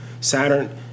Saturn